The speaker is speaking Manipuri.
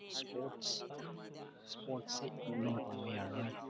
ꯁ꯭ꯄꯣꯔꯠꯁ ꯁ꯭ꯄꯣꯔꯠꯁꯤ ꯏꯛꯅꯣꯔ ꯇꯧꯕ ꯌꯥꯔꯣꯏ